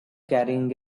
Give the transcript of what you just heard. carrying